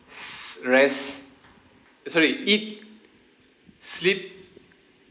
s~ rest eh sorry eat sleep